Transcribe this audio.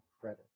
credit